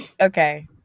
Okay